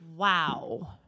Wow